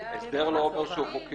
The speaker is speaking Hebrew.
מסודר -- הסדר לא אומר שהוא חוקי.